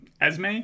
esme